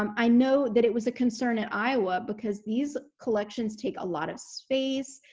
um i know that it was a concern at iowa because these collections take a lot of space,